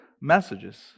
messages